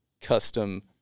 custom